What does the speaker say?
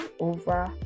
over